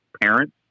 parents